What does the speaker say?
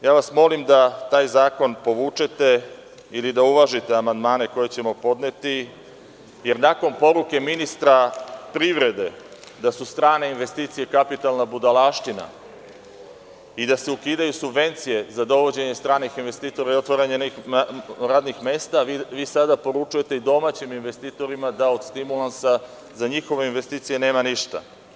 Molim vas da taj zakon povučete ili da uvažite amandmane koje ćemo podneti, jer nakon poruke ministra privrede da su strane investicije kapitalna budalaština i da se ukidaju subvencije za dovođenje stranih investitora i otvaranje nekih radnih mesta, vi sada poručujete i domaćim investitorima da od stimulansa za njihove investicije nema ništa.